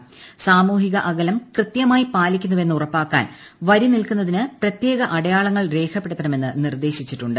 സ്മീമൂഹിക അകലം കൃത്യമായി പാലിക്കുന്നുവെന്ന് ഉറപ്പാക്കാൻ പ്രി നിൽക്കുന്നതിന് പ്രത്യേക അടയാളങ്ങൾ രേഖപ്പെടുത്ത് ്ലൂമെന്ന് നിർദ്ദേശിച്ചിട്ടുണ്ട്